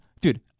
Dude